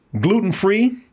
gluten-free